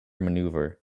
maneuver